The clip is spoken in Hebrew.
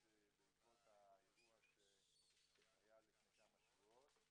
בעקבות האירוע שהיה לפני כמה שבועות,